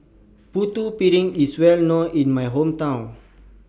Putu Piring IS Well known in My Hometown